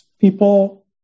People